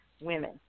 Women